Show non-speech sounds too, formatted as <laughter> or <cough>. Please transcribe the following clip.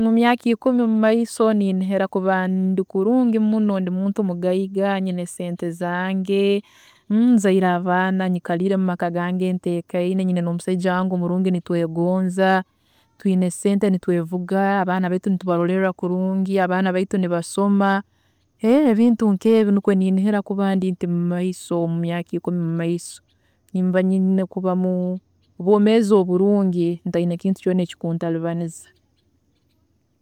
﻿Emyaaka ikumi mumaiso niinihira kuba ndi kurungi muno ndi muntu mugaiga nyine sente zange, nzaire abaana, nyikariire mumaka gange ntekaine nyine nomusaija wange omurungi nitwegonza, twiine sente nitwevuga, abaana baitu nitubaroleerra kurungi abaana baitu nibasoma, <hesitation> ebintu nkeebi, nikwe niinihira kuba nti mumaiso, mumyaaka ikumi mumaiso, nimba nyine kuba mubwoomeezi obulungi ntaine kintu kyona ekikuntaribaniza.